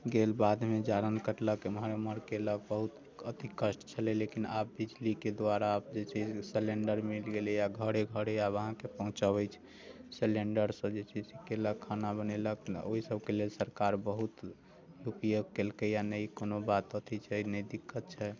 गेल बाधमे जारनि कटलक एम्हर ओम्हर कयलक बहुत अथि कष्ट छलै लेकिन आब बिजलीके दुआरा आब जे छै से सिलिंडर मिल गेलैया घरे घरे आब अहाँकेँ पहुँचाबैत छै सिलिंडर सभ जे छै से कयलक खाना बनेलक ओहि सभके लेल सरकार बहुत उपयोग केलकैया नहि कोनो बात अथि छै नहि दिक्कत छै